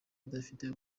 idafite